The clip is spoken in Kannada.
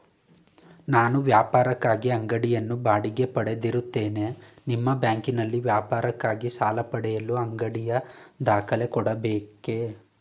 ನಾನು ವ್ಯಾಪಾರಕ್ಕಾಗಿ ಅಂಗಡಿಯನ್ನು ಬಾಡಿಗೆ ಪಡೆದಿರುತ್ತೇನೆ ನಿಮ್ಮ ಬ್ಯಾಂಕಿನಲ್ಲಿ ವ್ಯಾಪಾರಕ್ಕಾಗಿ ಸಾಲ ಪಡೆಯಲು ಅಂಗಡಿಯ ದಾಖಲೆ ಕೊಡಬೇಕೇ?